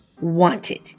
wanted